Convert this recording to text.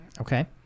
Okay